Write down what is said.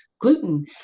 gluten